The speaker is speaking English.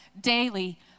daily